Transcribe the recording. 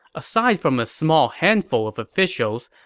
aside from a small handful of officials,